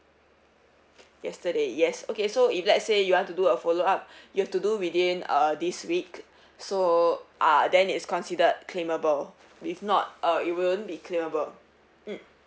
yesterday yes okay so if let's say you want to do a follow up you have to do within uh this week so uh then is considered claimable if not uh it won't be claimable mm